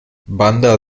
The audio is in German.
bandar